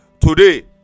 Today